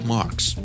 Marks